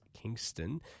Kingston